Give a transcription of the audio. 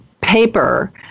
paper